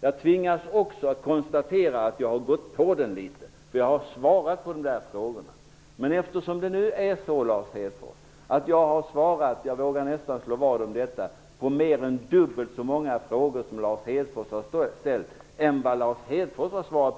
Jag tvingas också konstatera att jag har gått på den niten. Jag har svarat på frågorna. Jag vågar nästan slå vad om att jag har svarat på mer än dubbelt så många frågor som Lars Hedfors. Jag kommer därför inte att svara